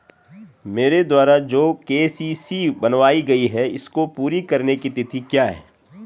मेरे द्वारा जो के.सी.सी बनवायी गयी है इसको पूरी करने की तिथि क्या है?